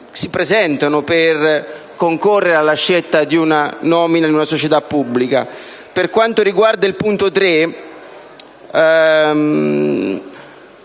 si presentano per concorrere alla nomina in una società pubblica. Per quanto riguarda poi il punto 3,